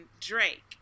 Drake